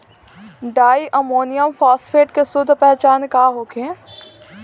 Di ammonium phosphate के शुद्ध पहचान का होखे?